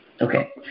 Okay